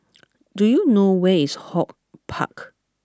do you know where is HortPark